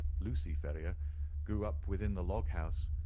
lucy ferrier grew up within the log-house,